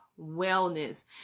wellness